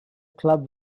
club